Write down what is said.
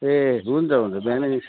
ए हुन्छ हुन्छ बिहान नै